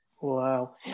wow